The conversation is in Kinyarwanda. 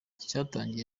cyatangiye